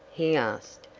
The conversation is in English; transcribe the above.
he asked,